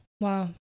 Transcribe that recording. wow